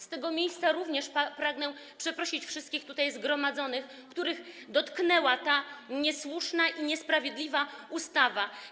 Z tego miejsca pragnę również przeprosić wszystkich tutaj zgromadzonych, których dotknęła ta niesłuszna i niesprawiedliwa ustawa.